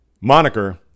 moniker